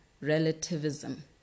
relativism